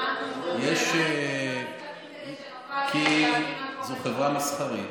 למה, כדי שנוכל להבין מה קורה כי זו חברה מסחרית,